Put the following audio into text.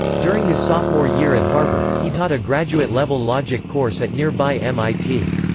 during his sophomore year at harvard, he taught a graduate-level logic course at nearby mit.